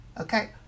okay